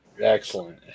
Excellent